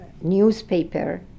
newspaper